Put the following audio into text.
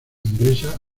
ingresa